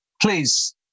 Please